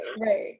right